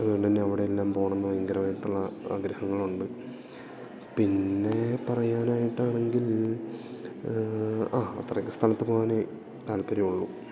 അത് കൊണ്ട് തന്നെ അവടെയെല്ലാം പോകണം എന്ന് ഭയങ്കരമായിട്ടുള്ള ആഗ്രഹങ്ങളുണ്ട് പിന്നേ പറയാനായിട്ടാണെങ്കിൽ ആ അത്രയും ഒക്കെ സ്ഥലത്ത് പോകാനേ താൽപ്പര്യമുള്ളു